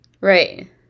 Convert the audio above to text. Right